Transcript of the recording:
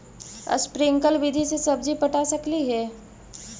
Sprinkle विधि से सब्जी पटा सकली हे?